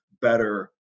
better